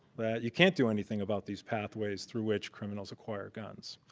that you can't do anything about these pathways through which criminals acquire guns.